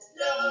no